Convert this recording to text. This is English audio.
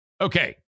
Okay